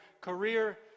career